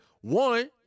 One